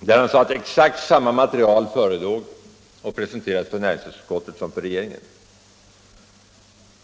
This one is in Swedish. Industriministern sade att exakt samma material presenterades för näringsutskottet som för regeringen.